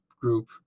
group